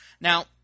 Now